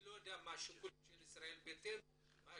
אני לא יודע מה השיקולים של ישראל ביתנו --- לא,